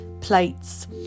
plates